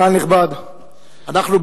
קהל נכבד --- אנחנו,